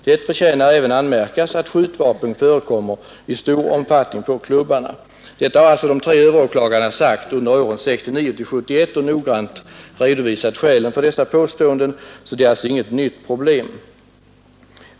Det förtjänar även anmärkas att skjutvapen förekommer i stor omfattning på klubbarna.” Detta har alltså de tre överåklagarna sagt under åren 1969—1971 och noggrant redovisat skälen för sina påståenden. Det är således inget nytt problem.